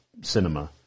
cinema